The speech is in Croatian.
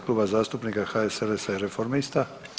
Kluba zastupnika HSLS-a i Reformista.